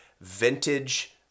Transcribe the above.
vintage